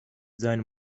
seinen